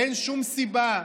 אין שום סיבה,